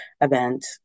event